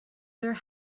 their